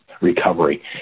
recovery